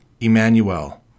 Emmanuel